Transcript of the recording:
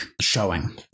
showing